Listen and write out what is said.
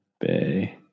Bay